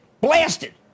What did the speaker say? blasted